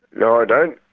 no, i don't,